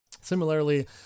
Similarly